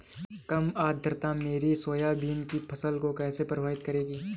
कम आर्द्रता मेरी सोयाबीन की फसल को कैसे प्रभावित करेगी?